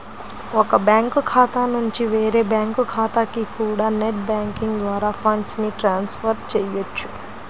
ఒక బ్యాంకు ఖాతా నుంచి వేరే బ్యాంకు ఖాతాకి కూడా నెట్ బ్యాంకింగ్ ద్వారా ఫండ్స్ ని ట్రాన్స్ ఫర్ చెయ్యొచ్చు